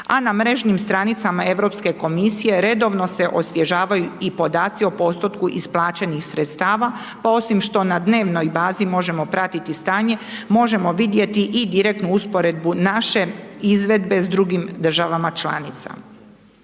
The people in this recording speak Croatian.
A na mrežnim stranicama Europske komisije, redovno se osvježavaju i podaci o postotku isplaćenih sredstava pa osim što na dnevnoj bazi možemo pratiti stanje, možemo vidjeti i direktnu usporedbu naše izvedbe s drugim državama članicama.